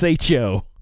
SHO